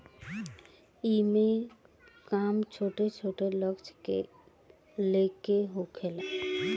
एईमे काम छोट छोट लक्ष्य ले के होखेला